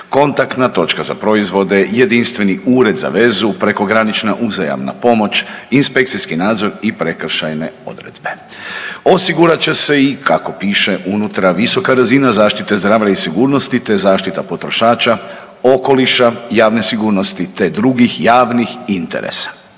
kontaktna točka za proizvode, jedinstveni Ured za vezu, prekogranična uzajamna pomoć, inspekcijski nadzor i prekršajne odredbe. Osigurat će se i kako piše unutra visoka razina zaštite zdravlja i sigurnosti te zaštita potrošača, okoliša, javne sigurnosti, te drugih javnih interesa.